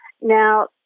Now